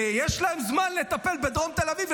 ויש להם זמן לטפל בדרום תל אביב,